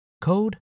code